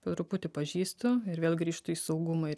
po truputį pažįstu ir vėl grįžtu į saugumą ir